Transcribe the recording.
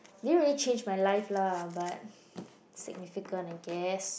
didn't really change my life lah but significant I guess